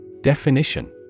Definition